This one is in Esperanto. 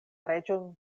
reĝo